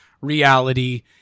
reality